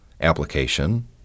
application